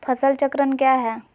फसल चक्रण क्या है?